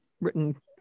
written